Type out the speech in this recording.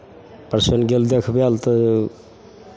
patient गेल देखबै लए तऽ